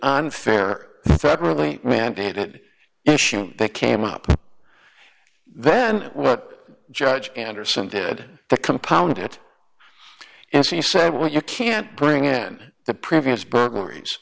unfair federally mandated issue that came up then what judge anderson did the compound it is he said well you can't bring in the previous burglaries